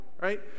Right